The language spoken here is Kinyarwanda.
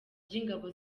by’ingabo